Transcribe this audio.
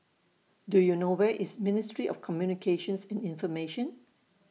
Do YOU know Where IS Ministry of Communications and Information